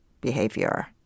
behavior